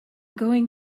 going